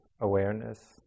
awareness